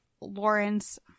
Lawrence